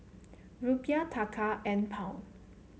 Rupiah Taka and Pound